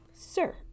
sir